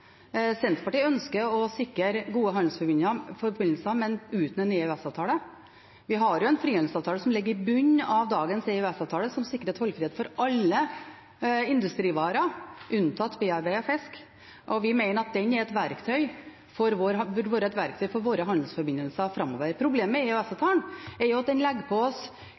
Senterpartiet ulikt syn på EØS-avtalen. Senterpartiet ønsker å sikre gode handelsforbindelser, men uten en EØS-avtale. Vi har en frihandelsavtale som ligger i bunnen av dagens EØS-avtale, som sikrer tollfrihet for alle industrivarer, unntatt bearbeidet fisk, og vi mener at den burde være et verktøy for våre handelsforbindelser framover. Problemet med EØS-avtalen er at den pålegger oss